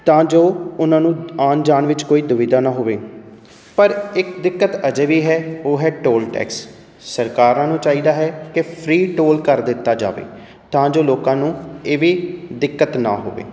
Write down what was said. ਤਾਂ ਜੋ ਉਹਨਾਂ ਨੂੰ ਆਉਣ ਜਾਣ ਵਿੱਚ ਕੋਈ ਦੁਵਿਧਾ ਨਾ ਹੋਵੇ ਪਰ ਇੱਕ ਦਿੱਕਤ ਅਜੇ ਵੀ ਹੈ ਉਹ ਹੈ ਟੋਲ ਟੈਕਸ ਸਰਕਾਰਾਂ ਨੂੰ ਚਾਹੀਦਾ ਹੈ ਕਿ ਫਰੀ ਟੋਲ ਕਰ ਦਿੱਤਾ ਜਾਵੇ ਤਾਂ ਜੋ ਲੋਕਾਂ ਨੂੰ ਇਹ ਵੀ ਦਿੱਕਤ ਨਾ ਹੋਵੇ